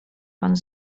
pan